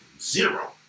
zero